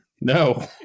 No